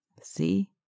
See